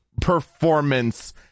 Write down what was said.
performance